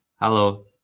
Hello